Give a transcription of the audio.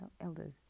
elders